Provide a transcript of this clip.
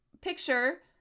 picture